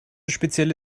spezielle